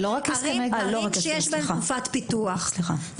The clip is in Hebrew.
אנחנו